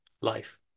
Life